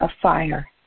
afire